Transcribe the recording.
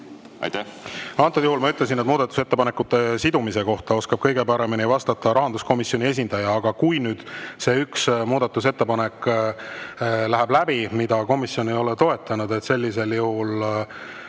ma hääletama pean? Ma ütlesin, et muudatusettepanekute sidumise kohta oskab kõige paremini vastata rahanduskomisjoni esindaja. Aga kui nüüd see üks muudatusettepanek läheb läbi, mida komisjon ei ole toetanud, sellisel juhul